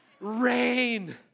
rain